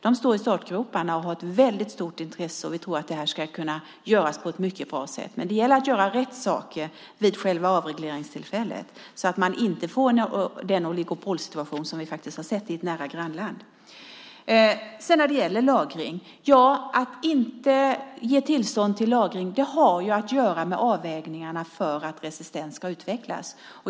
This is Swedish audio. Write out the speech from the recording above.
De står i startgroparna och har ett väldigt stort intresse. Vi tror att det här ska kunna göras på ett mycket bra sätt. Men det gäller att göra rätt saker vid själva avregleringstillfället, så att man inte får den oligopolsituation som vi har sett i ett nära grannland. Att man inte ger tillstånd till lagring har att göra med avvägningarna om resistens ska utvecklas.